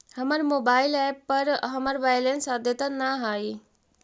हमर mobile app पर हमर बैलेंस अद्यतन ना हई